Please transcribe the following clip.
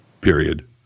period